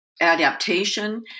adaptation